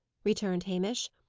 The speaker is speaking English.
returned hamish.